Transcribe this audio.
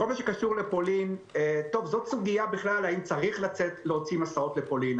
בכל הקשור לפולין זאת סוגיה בכלל האם צריך להוציא מסעות לפולין,